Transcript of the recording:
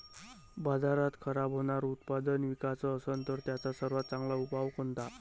बाजारात खराब होनारं उत्पादन विकाच असन तर त्याचा सर्वात चांगला उपाव कोनता?